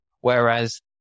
whereas